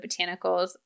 Botanicals